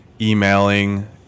emailing